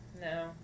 No